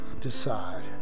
decide